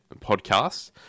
podcast